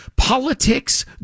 Politics